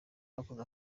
bakoze